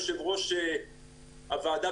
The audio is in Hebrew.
יושב-ראש הוועדה,